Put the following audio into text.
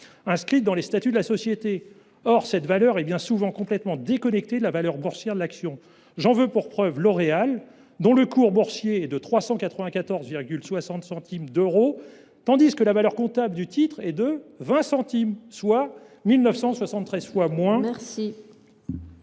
inscrite dans les statuts de la société. Une telle valeur est bien souvent complètement déconnectée de la valeur boursière de l’action. J’en veux pour preuve L’Oréal dont le cours boursier est de 394,60 euros, tandis que la valeur comptable du titre est de 20 centimes d’euro, soit 1 973 fois moins. Ce